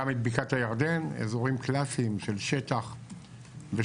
גם את בקעת הירדן, אזורים קלאסיים של שטח ושמש.